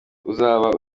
uzaba